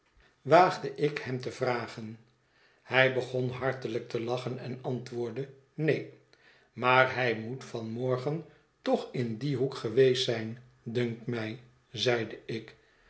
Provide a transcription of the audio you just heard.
waagde ik hem te vragen hij begon hartelijk te lachen en antwoordde neen maar hij moet van morgen toch in dien hoek geweest zijn dunkt mij zeide ik